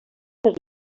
per